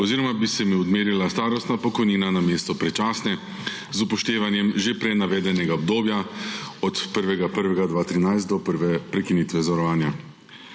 oziroma bi se jim odmerila starostna pokojnina namesto predčasne, z upoštevanjem že prej navedenega obdobja od 1. januarja 2013 do prve prekinitve zavarovanja.